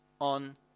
on